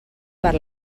per